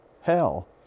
hell